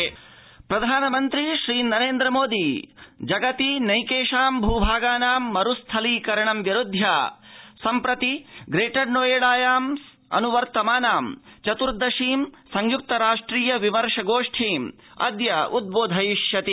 प्रधानमन्त्री सम्मेलनम् प्रधानमन्त्री श्रीनरेन्द्र मोदी जगति नैकेषां भूभागनां मरुस्थलीकरणं विरुध्य सम्प्रति ग्रेटर नोएडायाम् अनुवर्तमाना चतुर्दशी संयुक्त राष्ट्रिय विमर्श गोष्ठीम अद्योद्रोधयिष्यति